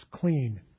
clean